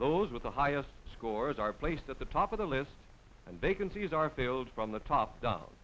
those with the highest scores are placed at the top of the list and vacancies are failed from the top do